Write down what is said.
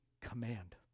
command